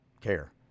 care